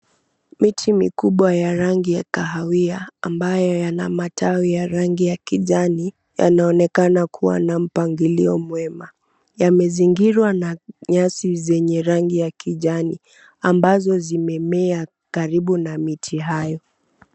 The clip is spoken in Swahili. Miti mikubwa ya rangi ya kahawia, ambayo yana matawi ya rangi ya kijani, yanaonekana kuwa na mpangilio mwema. Yamezingirwa na nyasi zenye rangi ya kijani, ambazo zimemea karibu na miti hayo.